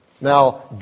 Now